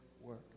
work